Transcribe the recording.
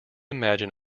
imagine